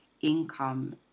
income